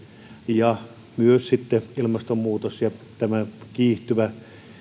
ja metsien osalta ilmastonmuutos ja myös kiihtyvä